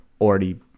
already